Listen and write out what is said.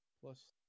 plus